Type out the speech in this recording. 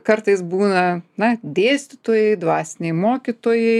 kartais būna na dėstytojai dvasiniai mokytojai